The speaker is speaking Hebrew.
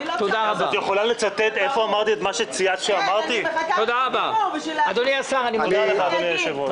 אני הבאתי את יו"ר הוותמ"ל לטירה כדי לסייע באישור הוותמ"ל